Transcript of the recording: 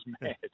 mad